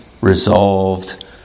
resolved